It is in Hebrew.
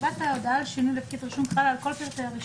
חובת ההודעה על שינוי לפקיד רישום חלה על כל פרטי הרישום.